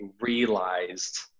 realized